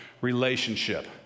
relationship